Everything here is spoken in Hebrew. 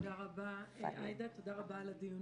תודה רבה עאידה, תודה רבה על הדיון.